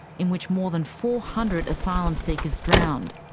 in which more than four hundred asylum seekers drowned.